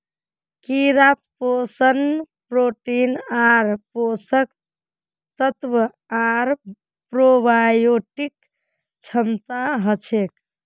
कीड़ात पोषण प्रोटीन आर पोषक तत्व आर प्रोबायोटिक क्षमता हछेक